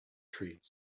trees